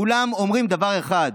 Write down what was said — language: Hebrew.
כולם אומרים דבר אחד: